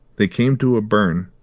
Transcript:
they came to a burn,